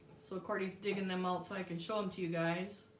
so corty's digging them out so i can show them to you guys